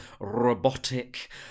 robotic